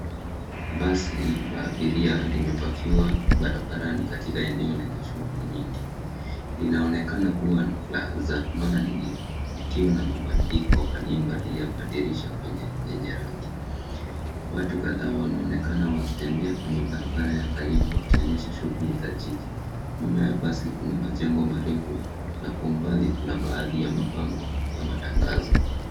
Basi la abiria limepakiwa babarabara katika eneo lenye shughuli nyingi linaonekana kua la zamani likiwa na mabadiliko kwa nia mbali ya madirisha yenye rangi. Watu kadhaa wanaonekana wakitembea, kwenye barabara ya karibu wakinyesha shughuli za jiji. Nyuma ya basi kuna majengo marefu na kwa umbali kuna baadhi ya mabango yamatangazo.